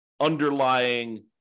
underlying